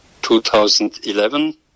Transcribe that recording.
2011